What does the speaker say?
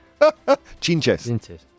Chinches